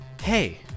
Hey